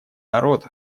народ